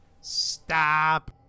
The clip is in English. stop